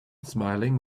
smiling